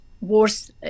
worse